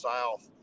South